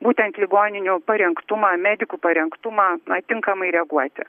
būtent ligoninių parengtumą medikų parengtumą na tinkamai reaguoti